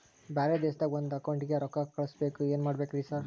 ಬ್ಯಾರೆ ದೇಶದಾಗ ಒಂದ್ ಅಕೌಂಟ್ ಗೆ ರೊಕ್ಕಾ ಕಳ್ಸ್ ಬೇಕು ಏನ್ ಮಾಡ್ಬೇಕ್ರಿ ಸರ್?